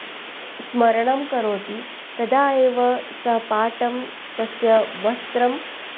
स् स्मरणं करोति तदा एव सः पाठं तस्य वस्त्रं